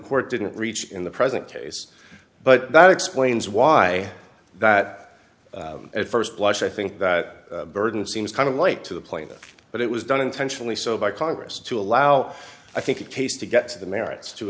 court didn't reach in the present case but that explains why that at first blush i think that burden seems kind of like to the plaintiff but it was done intentionally so by congress to allow i think a case to get to the merits to